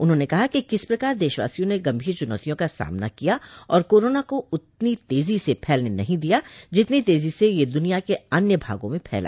उन्होंने कहा कि किस प्रकार देशवासियों ने गंभीर चुनौतियों का सामना किया और कोरोना को उतनी तेजी से फैलने नहीं दिया जितनी तेजी से यह दुनिया के अन्य भागों में फैला